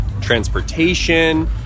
transportation